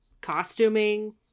costuming